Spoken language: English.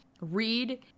read